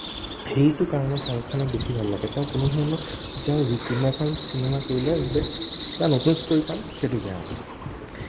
সেইটো কাৰণেই শ্বাহৰুখ খানক বেছি ভাল লাগে তেওঁ কোনো ধৰণৰ তেওঁ যি কোনোবা এখন চিনেমা কৰিলে যে এটা নতুন ষ্টৰী পাম সেইটো গেৰান্টী